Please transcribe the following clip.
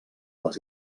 les